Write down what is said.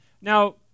Now